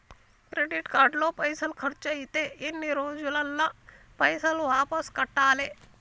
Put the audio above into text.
Credit card లో పైసల్ ఖర్చయితే ఎన్ని రోజులల్ల పైసల్ వాపస్ కట్టాలే?